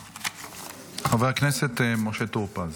חבר הכנסת משה טור פז.